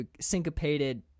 syncopated